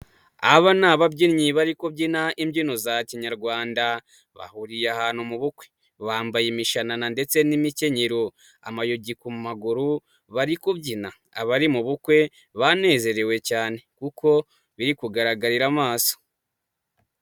Aba ni ababyinnyi bari kubyina imbyino za kinyarwanda bahuriye ahantu mu bukwe, bambaye imishanana ndetse n'imikenyero, amayugi ku maguru bari kubyina, abari mu bukwe banezerewe cyane kuko biri kugaragarira amaso.